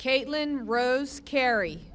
caitlin rose carr